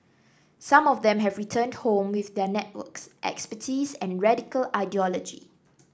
some of them have returned home with their networks expertise and radical ideology